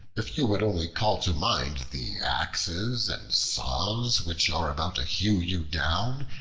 if you would only call to mind the axes and saws which are about to hew you down,